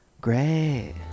Great